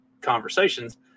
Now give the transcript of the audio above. conversations